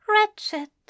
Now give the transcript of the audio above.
Wretched